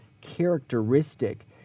characteristic